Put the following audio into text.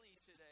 today